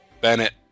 Bennett